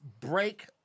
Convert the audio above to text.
break